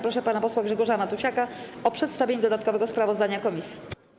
Proszę pana posła Grzegorza Matusiaka o przedstawienia dodatkowego sprawozdania komisji.